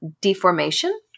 deformation